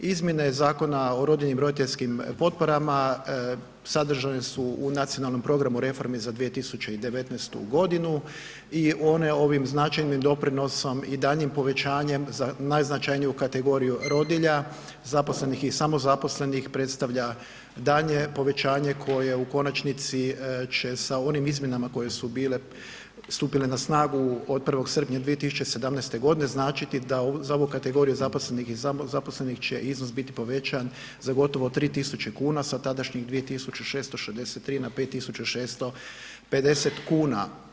Izmjene Zakona o rodiljnim i roditeljskim potporama sadržajne su u nacionalnom programu reformi za 2019. g. i one ovim značajnim doprinosom i daljnjim povećanjem za najznačajniju kategoriju rodilja, zaposlenih i samozaposlenih predstavlja daljnje povećanje koje u konačnici će sa onim izmjenama koje su bile stupile na snagu od 1. srpnja 2017. g. značiti da za ovu kategoriju zaposlenih i samozaposlenih će iznos biti povećan za gotovo 3000 kn sa tadašnjih 2663 na 5650 kuna.